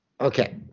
okay